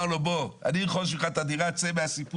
אמר לו 'בוא, אני ארכוש ממך את הדירה, צא מהסיפור.